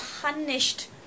punished